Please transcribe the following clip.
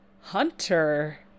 Hunter